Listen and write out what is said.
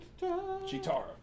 Chitara